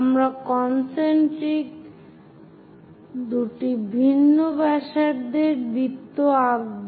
আমরা কন্সেন্ত্রিক দুটি ভিন্ন ব্যাসার্ধের বৃত্ত আঁকব